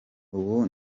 ubu